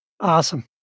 Awesome